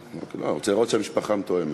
אני רוצה לראות שהמשפחה מתואמת.